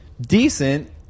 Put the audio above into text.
Decent